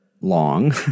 long